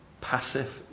passive